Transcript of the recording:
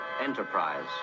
Enterprise